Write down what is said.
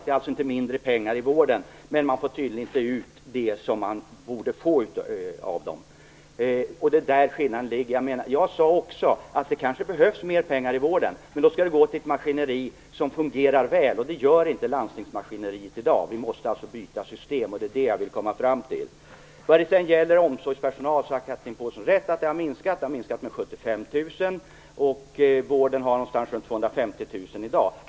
Det har alltså inte blivit mindre pengar i vården, men man får tydligen inte ut det som man borde få för pengarna. Det är däri skillnaden ligger. Jag sade också att det kanske behövs mer pengar i vården. Men då skall de gå till ett maskineri som fungerar väl, och det gör inte landstingsmaskineriet i dag. Vi måste alltså byta system, och det är det jag vill komma fram till. När det sedan gäller omsorgspersonal har Chatrine Pålsson rätt i att den har minskat. Den har minskat med 75 000. Vården har i dag ca 250 000 anställda.